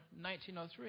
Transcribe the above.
1903